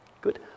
Good